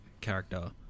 character